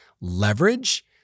leverage